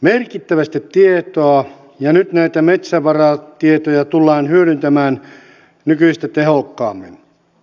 merkittävästi tietoa ja nyt näitä metsävaratietoja tullaan hyödyntämään nykyistä tehokkaammin